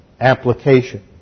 application